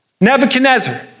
Nebuchadnezzar